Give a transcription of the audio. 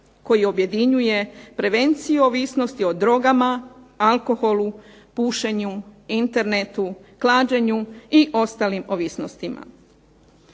koji objedinjuje prevenciju ovisnosti o drogama, alkoholu, pušenju, internetu, klađenju i ostalim ovisnostima.